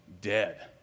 dead